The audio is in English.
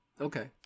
Okay